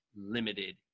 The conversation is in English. limited